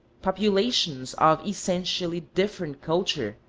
populations of essentially different culture,